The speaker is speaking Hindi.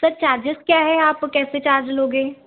सर चार्जेज क्या हैं आप कैसे चार्ज लोगे